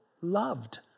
loved